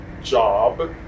job